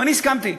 אני הסכמתי.